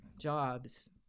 jobs